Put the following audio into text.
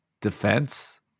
defense